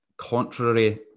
contrary